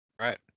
Right